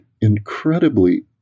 incredibly